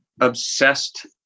obsessed